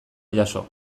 jaso